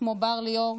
כמו בר ליאור,